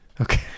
Okay